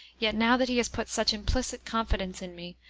yet now that he has put such implicit confidence, in me,